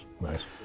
Nice